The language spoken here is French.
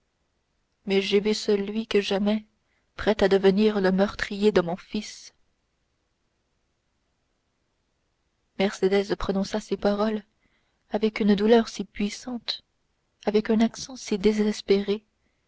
mais j'ai vu celui que j'aimais prêt à devenir le meurtrier de mon fils mercédès prononça ces paroles avec une douleur si puissante avec un accent si désespéré